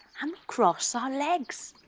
um cross our legs,